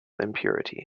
impurity